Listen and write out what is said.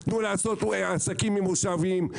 תנו לעשות עסקים עם מושבים,